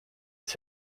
its